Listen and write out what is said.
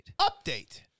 Update